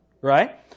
Right